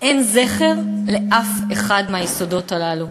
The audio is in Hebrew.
אין זכר לאף אחד מהיסודות הללו,